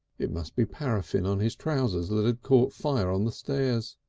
it must be paraffine on his trousers that had caught fire on the stairs.